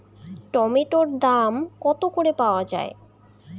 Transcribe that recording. টমেটোর দাম কত করে পাওয়া যায়?